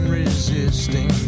resisting